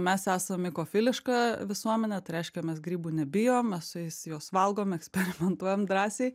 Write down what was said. mes esam mikofiliška visuomenė tai reiškia mes grybų nebijom mes su jais juos valgom eksperimentuojam drąsiai